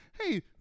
hey